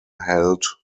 held